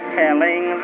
telling